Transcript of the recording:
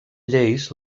lleis